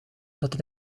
dat